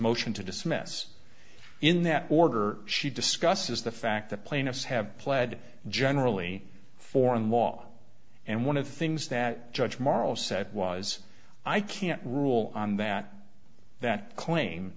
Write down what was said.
motion to dismiss in that order she discusses the fact that plaintiffs have pled generally foreign law and one of the things that judge morrow said was i can't rule on that that claim